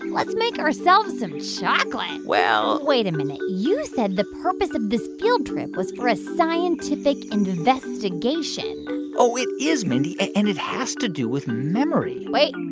let's make ourselves some chocolate well. wait a minute. you said the purpose of this field trip was for a scientific investigation oh, it is, mindy, and it has to do with memory wait.